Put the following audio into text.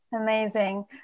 Amazing